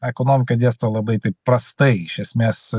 ekonomiką dėsto labai taip prastai iš esmės